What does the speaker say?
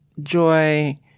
joy